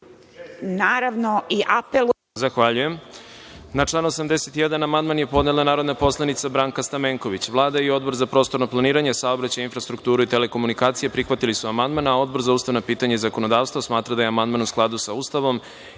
**Đorđe Milićević** Zahvaljujem. Na član 81. amandman je podnela narodna poslanica Branka Stamenković. Vlada i Odbor za prostorno planiranje, saobraćaj i infrastrukturu i telekomunikacije prihvatili su amandman. Odbor za ustavna pitanja i zakonodavstvo smatra da je amandman u skladu sa Ustavom